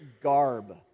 garb